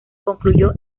concluyó